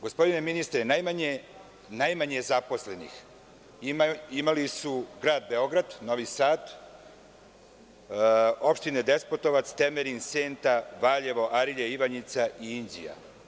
Gospodine ministre, najmanje zaposlenih imali su grad Beograd, Novi Sad, opštine Despotovac, Temerin, Senta, Valjevo, Arilje, Ivanjica i Inđija.